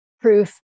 proof